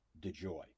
DeJoy